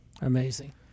Amazing